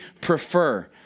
prefer